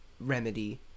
remedy